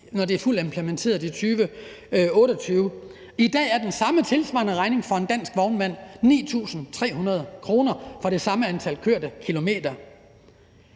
når det er fuldt implementeret i 2028. I dag er den tilsvarende regning for en dansk vognmand 9.300 kr. for det samme antal kørte kilometer.